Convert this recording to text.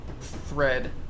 thread